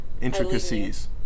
Intricacies